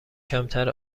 کمتر